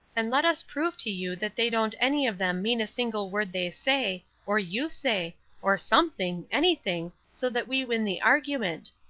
and let us prove to you that they don't any of them mean a single word they say, or you say or something, anything, so that we win the argument.